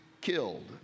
killed